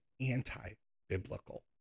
anti-biblical